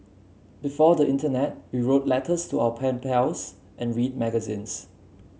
before the internet we wrote letters to our pen pals and read magazines